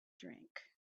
drink